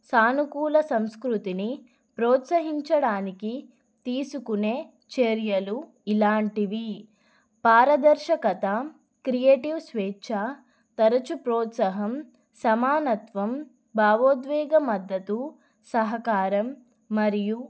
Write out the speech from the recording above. సానుకూల సంస్కృతిని ప్రోత్సహించడానికి తీసుకునే చర్యలు ఇలాంటివి పారదర్శకత క్రియేటివ్ స్వేచ్ఛ తరచు ప్రోత్సహం సమానత్వం భావోద్వేగ మద్దతు సహకారం మరియు